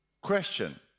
Question